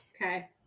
Okay